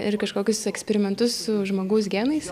ir kažkokius eksperimentus su žmogaus genais